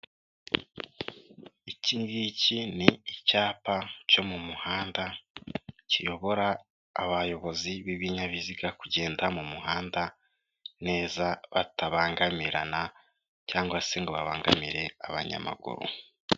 Iki ngiki ni icyapa cyo mu muhanda, kiyobora abayobozi b'ibinyabiziga kugenda mu muhanda neza batabangamirana, cyangwa se ngo babangamire abanyamaguru.